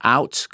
Out